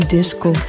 Disco